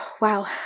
Wow